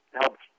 helps